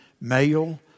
male